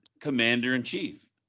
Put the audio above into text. Commander-in-Chief